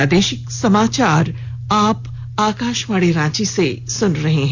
प्रादेशिक समाचार आप आकाशवाणी रांची से सुन रहे हैं